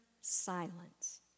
silence